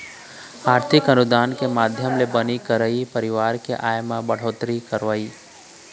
आरथिक अनुदान के माधियम ले बनी करइया परवार के आय म बड़होत्तरी करवई